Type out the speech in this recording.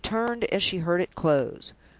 she turned as she heard it close.